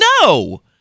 No